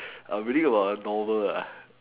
I'm reading about a novel lah